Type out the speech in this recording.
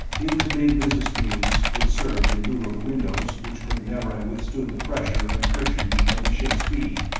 in the big visiscreens, which served in lieu of the windows which could never have withstood the pressure and friction heat of the ship's speed,